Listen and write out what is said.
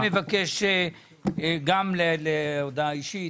אני מבקש הודעה אישית.